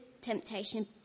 temptation